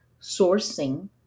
sourcing